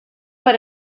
per